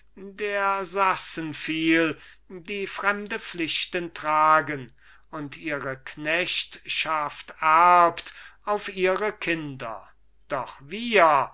der sassen viel die fremde pflichten tragen und ihre knechtschaft erbt auf ihre kinder doch wir